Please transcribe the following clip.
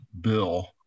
bill